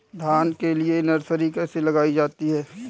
धान के लिए नर्सरी कैसे लगाई जाती है?